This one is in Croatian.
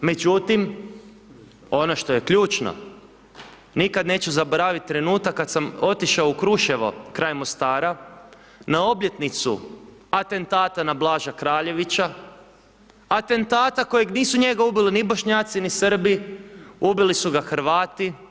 Međutim, ono što je ključno nikada neću zaboraviti trenutak kada sam otišao u Kruševo kraj Mostara na obljetnicu atentata na Blaža Kraljevića, atentata kojeg nisu njega ubili ni Bošnjaci, ni Srbi, ubili su ga Hrvati.